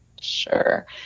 Sure